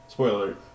Spoiler